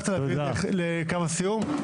אתה הצלחת להגיע לקו הסיום.